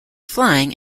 flying